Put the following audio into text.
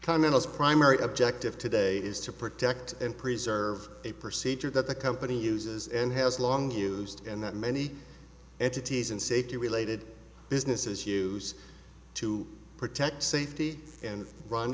as primary objective today is to protect and preserve a procedure that the company uses and has long used and that many entities and safety related businesses use to protect safety and run